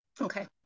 Okay